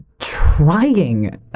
trying